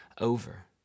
over